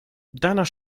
danach